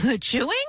chewing